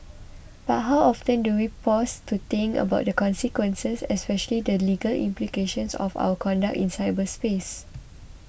but how often do we pause to think about the consequences especially the legal implications of our conduct in cyberspace